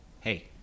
hey